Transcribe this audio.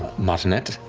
martinet.